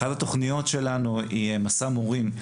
אחת התוכניות שלנו היא מסע מורים,